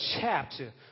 chapter